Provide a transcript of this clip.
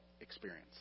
experience